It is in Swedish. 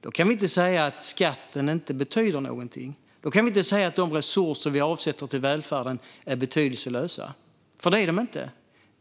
Då kan vi inte säga att skatten inte betyder något och att de resurser vi avsätter till välfärden är betydelselösa, för det är de inte.